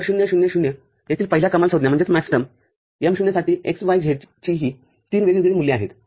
तर ० ० ० येथील पहिल्या कमालसंज्ञा M० साठी x y z ची ही तीन वेगवेगळी मूल्ये आहेत